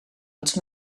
els